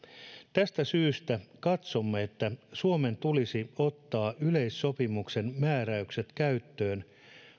tästä syystä katsomme että suomen tulisi ottaa yleissopimuksen määräykset käyttöön